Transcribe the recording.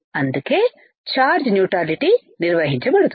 అందుకే charge neutrality నిర్వహించబడుతుంది